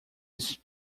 mrs